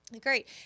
Great